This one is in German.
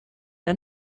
der